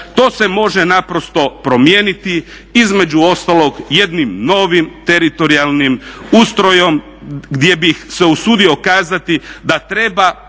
To se može naprosto promijeniti između ostalog jednim novim teritorijalnim ustrojem gdje bi se usudio kazati da treba